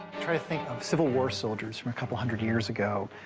try to think of civil war soldiers from a couple hundred years ago,